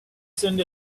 send